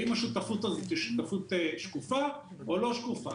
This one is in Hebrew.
האם השותפות הזאת היא שותפות שקופה או לא שקופה.